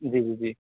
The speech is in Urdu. جی جی جی